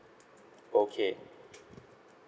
okay